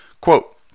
quote